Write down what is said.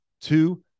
Two